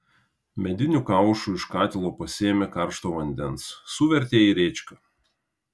mediniu kaušu iš katilo pasėmė karšto vandens suvertė į rėčką